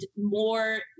more